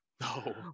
no